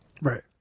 Right